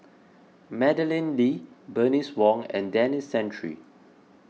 Madeleine Lee Bernice Wong and Denis Santry